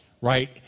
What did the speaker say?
right